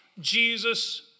Jesus